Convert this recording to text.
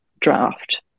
draft